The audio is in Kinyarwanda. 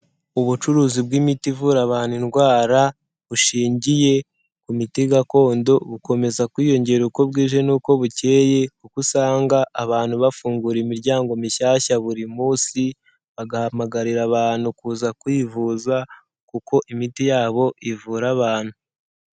Ubucuruzi bw'imiti ivura abantu indwara bushingiye ku miti gakondo, bukomeza kwiyongera uko bwije n'uko bukeye kuko usanga abantu bafungura imiryango mishyashya buri munsi, bagahamagarira abantu kuza kwivuza kuko imiti yabo ivura abantu.